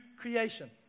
creation